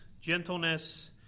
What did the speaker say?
gentleness